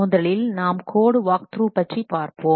முதலில் நாம் code walkthrough பற்றி பார்ப்போம்